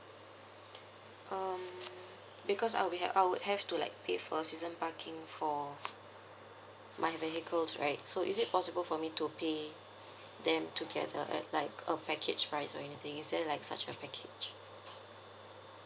um because I would be have I would have to like pay for season parking for my vehicles right so is it possible for me to pay them together at like a package price or anything is there like such a package